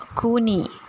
Kuni